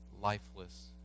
lifeless